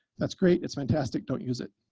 that's great. it's fantastic. don't use it.